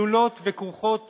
שכלולות וכרוכות